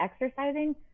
exercising